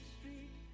Street